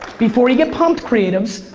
before we get pumped creatives,